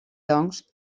doncs